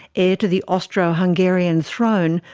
heir to the austro-hungarian throne,